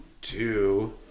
two